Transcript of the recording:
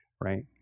right